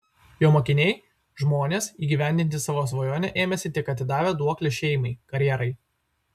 jo mokiniai žmonės įgyvendinti savo svajonę ėmęsi tik atidavę duoklę šeimai karjerai